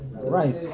Right